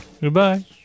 Goodbye